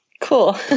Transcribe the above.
Cool